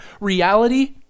Reality